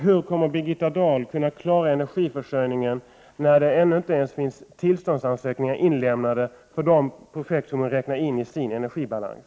Hur kommer Birgitta Dahl att klara energiförsörjningen när det inte ens finns tillståndsansökningar inlämnade för de projekt som hon räknar in i sin energibalans?